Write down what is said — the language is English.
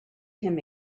him